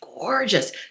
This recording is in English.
gorgeous